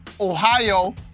Ohio